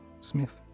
Smith